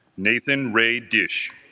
nathan ray dish